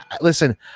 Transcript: listen